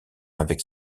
avec